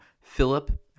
Philip